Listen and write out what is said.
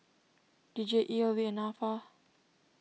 D J E L V and Nafa